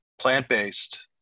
plant-based